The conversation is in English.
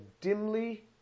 dimly